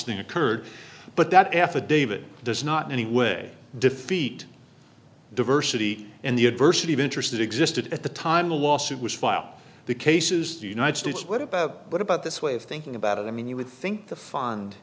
thing occurred but that affidavit does not in any way defeat diversity in the adversity of interest that existed at the time the lawsuit was filed the cases the united states what about what about this way of thinking about of the mean you would think the fund